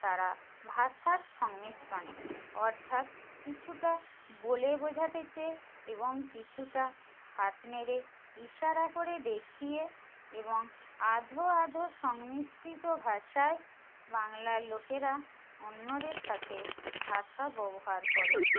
তারা ভাষার সংমিশ্রণে অর্থাৎ কিছুটা বলে বোঝাতে চেয়ে এবং কিছুটা হাত নেড়ে ইশারা করে দেখিয়ে এবং আধো আধো সংমিশ্রিত ভাষায় বাংলার লোকেরা অন্যদের সাথে ভাষা ব্যবহার করে